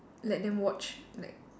let them watch like